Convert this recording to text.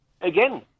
again